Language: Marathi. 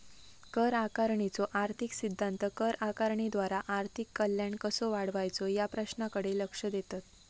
कर आकारणीचो आर्थिक सिद्धांत कर आकारणीद्वारा आर्थिक कल्याण कसो वाढवायचो या प्रश्नाकडे लक्ष देतत